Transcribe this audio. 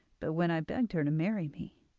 but when i begged her to marry me,